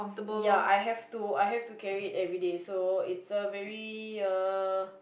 ya I have to I have to carry it every day so it's a very uh